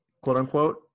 quote-unquote